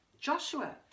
joshua